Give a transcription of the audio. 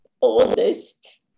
oldest